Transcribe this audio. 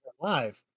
live